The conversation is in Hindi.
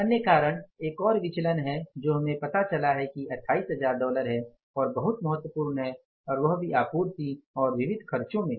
एक अन्य कारण एक और विचलन है जो हमें पता चला है की 28000 डॉलर है और बहुत महत्वपूर्ण है और वह भी आपूर्ति और विविध खर्चों में